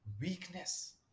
weakness